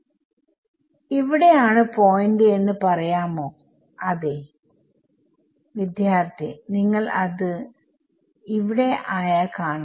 വിദ്യാർത്ഥി ഇവിടെ ആണ് പോയിന്റ് എന്ന് പറയാമോ അതെ വിദ്യാർത്ഥി നിങ്ങൾ അത് ആയ കാണണം